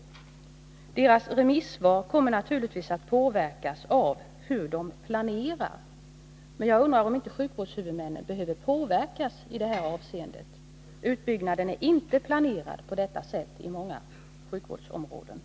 Sjukvårdshuvudmännens remissvar kommer ju att vara präglade av hur de planerar, och jag undrar om inte sjukvårdshuvudmännen behöver påverkas i det här avseendet. I många sjukvårdsområden är nämligen utbyggnaden inte planerad enligt de här riktlinjerna.